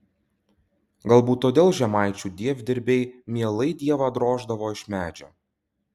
galbūt todėl žemaičių dievdirbiai mielai dievą droždavo iš medžio